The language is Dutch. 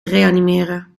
reanimeren